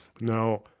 Now